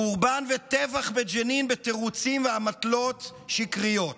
חורבן וטבח בג'נין בתירוצים ואמתלות שקריות.